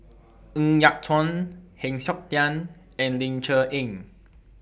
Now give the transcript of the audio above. Ng Yat Chuan Heng Siok Tian and Ling Cher Eng